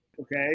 okay